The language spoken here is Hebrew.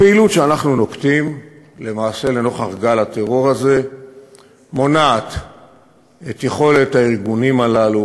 הפעילות שאנחנו נוקטים לנוכח גל הטרור הזה מונעת את יכולת הארגונים הללו